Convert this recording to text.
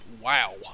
Wow